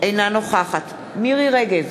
אינה נוכחת מירי רגב,